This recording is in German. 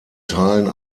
teilen